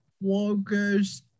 workers